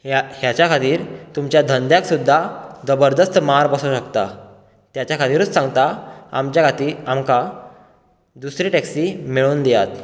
हेच्या खातीर तुमच्या धंद्याक सुद्दां जबरदस्त मार बसो शकता तेच्या खातीरूच सांगता आमचे खातीर आमकां दुसरी टॅक्सी मेळोवन दियात